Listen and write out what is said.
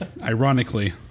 Ironically